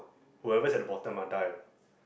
whoever is at the bottom ah die ah